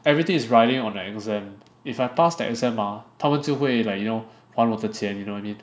everything is riding on the exam if I pass the exam ah 他们就会 like you know 还我的钱 you know what I mean